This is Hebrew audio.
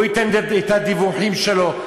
ייתן את הדיווחים שלו.